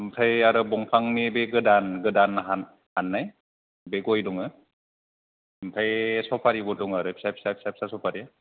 आमफ्राय आरो बंफांनि बे गोदान गोदान हाननाय बे गय दङ आमफ्राय स'फारिबो दं आरो फिसा फिसा फिसा स'फारि